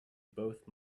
both